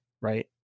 right